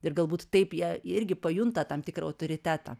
ir galbūt taip jie irgi pajunta tam tikrą autoritetą